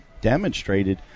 demonstrated